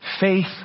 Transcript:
faith